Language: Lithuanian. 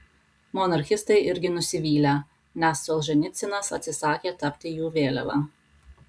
monarchistai irgi nusivylę nes solženicynas atsisakė tapti jų vėliava